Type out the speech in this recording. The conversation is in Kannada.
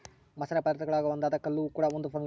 ಮಸಾಲೆ ಪದಾರ್ಥಗುಳಾಗ ಒಂದಾದ ಕಲ್ಲುವ್ವ ಕೂಡ ಒಂದು ಫಂಗಸ್